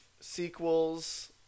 sequels